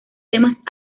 temas